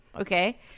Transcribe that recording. Okay